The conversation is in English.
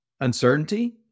uncertainty